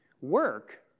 Work